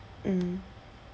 mm